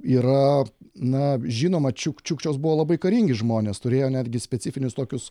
yra na žinoma čiuk čiukčios buvo labai karingi žmonės turėjo netgi specifinius tokius